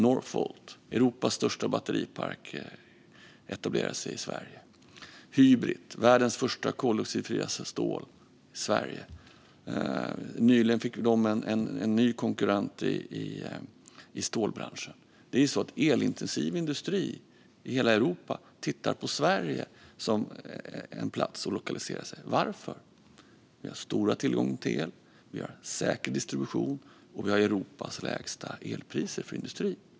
Northvolt, Europas största batteripark, etablerar sig i Sverige. Hybrit, världens första koldioxidfria stål, etablerar sig i Sverige. Nyligen fick de en ny konkurrent i stålbranschen. Elintensiv industri i hela Europa tittar på Sverige som en plats att lokalisera sig på. Varför? Vi har stora tillgångar på el, vi har säker distribution och vi har Europas lägsta elpriser för industrin.